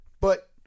but-